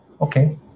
Okay